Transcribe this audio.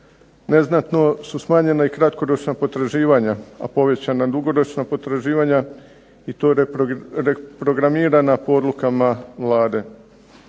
Neznatno su smanjena i kratkoročna potraživanja, a povećana dugoročna potraživanja i to reprogramirana po odlukama Vlade.